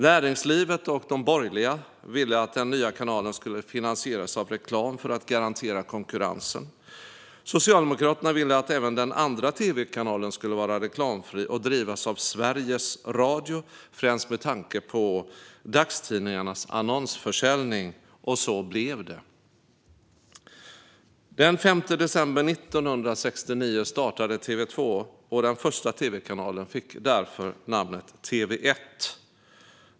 Näringslivet och de borgerliga ville att den nya kanalen skulle finansieras med reklam för att garantera konkurrensen. Socialdemokraterna ville att även den andra tv-kanalen skulle vara reklamfri och drivas av Sveriges Radio, främst med tanke på dagstidningarnas annonsförsäljning. Och så blev det. Den 5 december 1969 startade TV2. Den första tv-kanalen fick namnet TV1.